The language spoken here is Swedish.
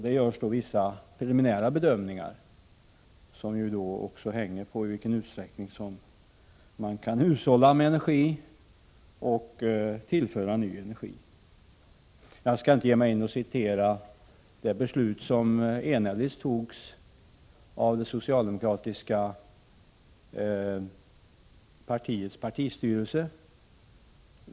Det görs vissa preliminära bedömningar som hänger på i vilken utsträckning man kan hushålla med energi och tillföra ny energi. Jag skall inte ge mig in och citera det beslut som enhälligt fattades av socialdemokraternas partistyrelse.